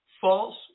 false